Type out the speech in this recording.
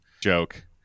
joke